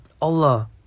Allah